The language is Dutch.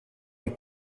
een